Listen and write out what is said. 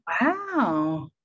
Wow